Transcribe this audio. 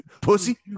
Pussy